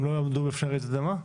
הם לא יעמדו בפני רעידת אדמה?